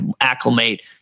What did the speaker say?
acclimate